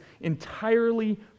entirely